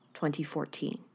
2014